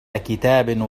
كتاب